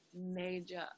major